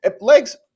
Legs